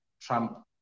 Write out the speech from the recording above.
Trump